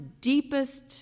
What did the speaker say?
deepest